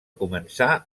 començà